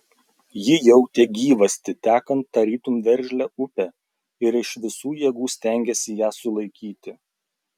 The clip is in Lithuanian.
ji jautė gyvastį tekant tarytum veržlią upę ir iš visų jėgų stengėsi ją sulaikyti